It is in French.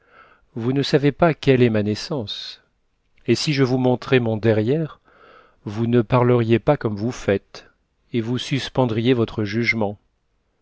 vous ne savez pas quelle est ma naissance et si je vous montrais mon derrière vous ne parleriez pas comme vous faites et vous suspendriez votre jugement